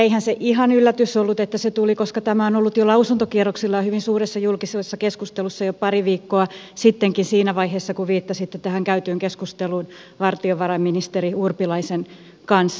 eihän se ihan yllätys ollut että se tuli koska tämä on ollut jo lausuntokierroksella ja hyvin suuressa julkisessa keskustelussakin jo pari viikkoa sitten siinä vaiheessa kun viittasitte käytyyn keskusteluun valtiovarainministeri urpilaisen kanssa